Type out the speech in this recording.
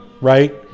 Right